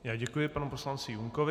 Já děkuji panu poslanci Junkovi.